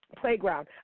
Playground